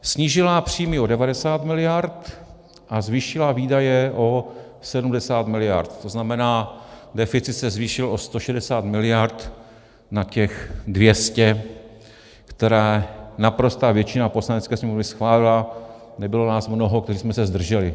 Snížila příjmy o 90 mld. a zvýšila výdaje o 70 mld., to znamená, že deficit se zvýšil o 160 mld. na těch 200, které naprostá většina Poslanecké sněmovny schválila, nebylo nás mnoho, kteří jsme se zdrželi.